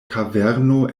kaverno